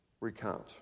recount